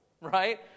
right